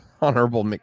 Honorable